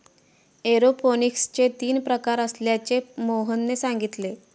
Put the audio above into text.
एरोपोनिक्सचे तीन प्रकार असल्याचे मोहनने सांगितले